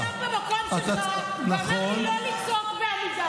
הוא ישב במקום שלך ואמר לי לא לצעוק בעמידה.